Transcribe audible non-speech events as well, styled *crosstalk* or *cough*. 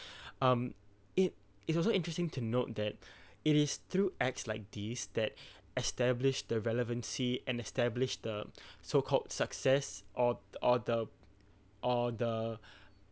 *breath* um it is also interesting to note that *breath* it is through acts like these that *breath* establish the relevancy and establish the *breath* so called success or or the or the *breath*